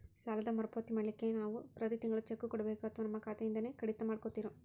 ಸಾಲದ ಮರುಪಾವತಿ ಮಾಡ್ಲಿಕ್ಕೆ ನಾವು ಪ್ರತಿ ತಿಂಗಳು ಚೆಕ್ಕು ಕೊಡಬೇಕೋ ಅಥವಾ ನಮ್ಮ ಖಾತೆಯಿಂದನೆ ಕಡಿತ ಮಾಡ್ಕೊತಿರೋ?